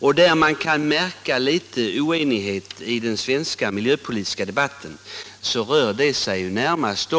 Den lilla oenighet som kan märkas i den svenska miljöpolitiska debatten rör närmast